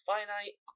Finite